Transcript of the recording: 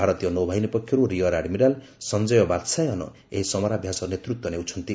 ଭାରତୀୟ ନୌବାହିନୀ ପକ୍ଷରୁ ରିଅର୍ ଆଡମିରାଲ୍ ସଂଜୟ ବାହାୟନ ଏହି ସମରାଭ୍ୟାସ ନେତୃତ୍ୱ ନେଉଛନ୍ତି